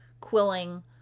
quilling